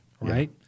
right